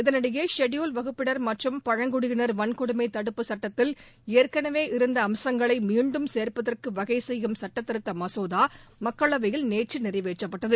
இதனிடையே ஷெடியூல்ட் வகுப்பினர் மற்றும் பழங்குடியினர் வன்கொடுமை தடுப்பு சுட்டத்தில் ஏற்கனவே இருந்த அம்சங்களை மீண்டும் சே்ப்பதற்கு வகைசெய்யும் சட்டதிருத்த மசோதா மக்களவையில் நேற்று நிறைவேற்றப்பட்டது